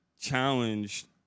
challenged